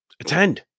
attend